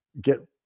get